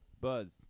Buzz